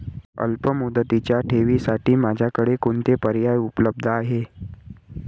अल्पमुदतीच्या ठेवींसाठी माझ्याकडे कोणते पर्याय उपलब्ध आहेत?